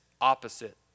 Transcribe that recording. opposite